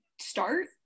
start